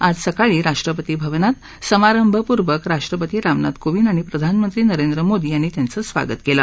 आज सकाळी राष्ट्रपती भवनात समारंभपूर्वक राष्ट्रपती रामनाथ कोविंद आणि प्रधानमंत्री नरेंद्र मोदी यांनी त्यांचं स्वागत केलं